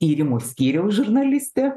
tyrimų skyriaus žurnalistė